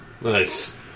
nice